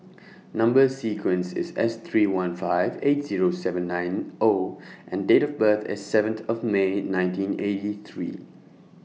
Number sequence IS S three one five eight Zero seven nine O and Date of birth IS seventh May nineteen eighty three